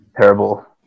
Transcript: terrible